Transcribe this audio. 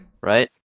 right